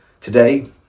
today